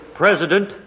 president